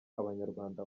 abanyarwanda